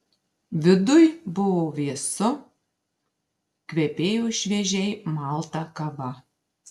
viduj buvo vėsu kvepėjo šviežiai malta kava